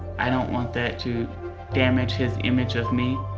i don't want that to damage his image of me.